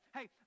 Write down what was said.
Hey